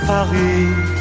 Paris